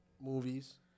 movies